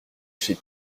chez